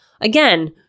again